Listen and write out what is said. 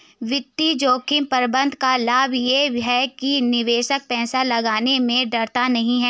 वित्तीय जोखिम प्रबंधन का लाभ ये है कि निवेशक पैसा लगाने में डरता नहीं है